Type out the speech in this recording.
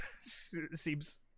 seems